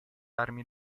armi